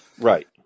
Right